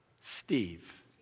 Steve